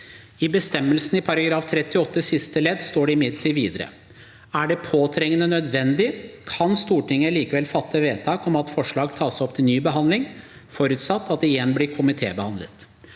I bestemmelsen i § 38 siste ledd står det imidlertid videre: «Er det påtrengende nødvendig (…) kan Stortinget likevel fatte vedtak om at et forslag tas opp til ny behandling, forutsatt at det igjen blir komitebehandlet.»